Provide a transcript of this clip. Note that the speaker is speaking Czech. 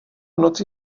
noci